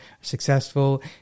successful